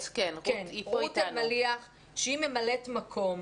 רות אלמליח, שהיא ממלאת מקום.